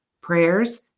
prayers